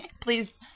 Please